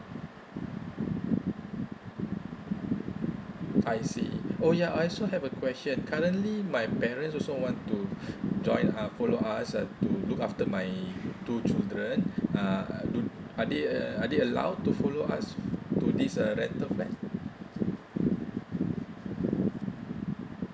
I see oh ya I also have a question currently my parent also want to join uh follow us uh to look after my two children uh do are they uh are they allowed to follow us to this uh rental flat